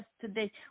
today